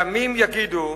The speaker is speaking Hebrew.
ימים יגידו,